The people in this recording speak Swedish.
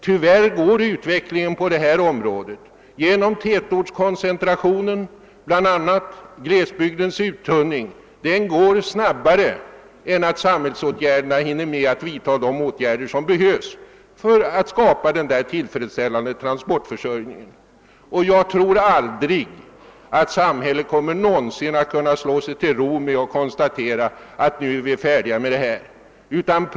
Tyvärr går utvecklingen på: detta område genom bland annat tätortskoncentrationen, glesbygdens uttunning, så snabbt att samhället inte hinner med att vidtaga de åtgärder som. behövs:för att skapa denna tillfredsställande trafikförsörjning. ik a Jag tror att samhället aldrig någonsin kommer att kunna slå sig till ro och konstatera att nu har vi löst tra fikpolitiken på ett tillfredsställande sätt.